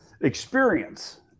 experience